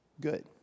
good